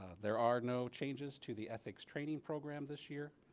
there are no changes to the ethics training program this year.